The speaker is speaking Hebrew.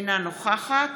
אינה נוכחת